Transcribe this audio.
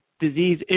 disease